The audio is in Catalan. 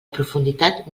profunditat